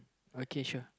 okay sure